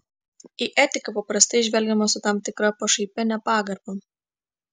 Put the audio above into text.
į etiką paprastai žvelgiama su tam tikra pašaipia nepagarba